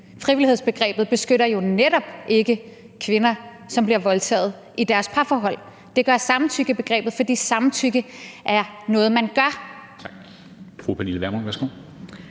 Frivillighedsbegrebet beskytter jo netop ikke kvinder, som bliver voldtaget i deres parforhold. Det gør samtykkebegrebet, fordi samtykke er noget, man gør.